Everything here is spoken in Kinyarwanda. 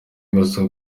ibibazo